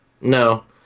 No